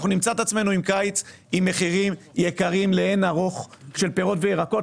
אנחנו נמצא את עצמנו בקיץ עם מחירים יקרים לאין ערוך של פירות וירקות,